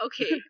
Okay